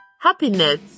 Happiness